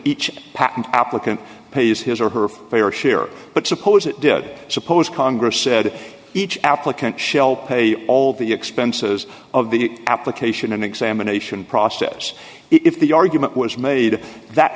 each patent applicant pays his or her fair share but suppose it did suppose congress said each applicant shelp pay all the expenses of the application and examination process if the argument was made that